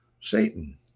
Satan